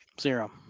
Zero